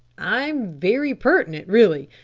i'm very pertinent, really.